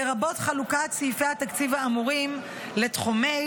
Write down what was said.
לרבות חלוקת סעיפי התקציב האמורים לתחומי